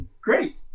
great